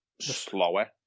slower